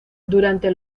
durante